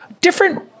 different